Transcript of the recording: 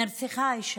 נרצחה אישה.